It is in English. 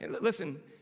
Listen